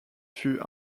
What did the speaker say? fut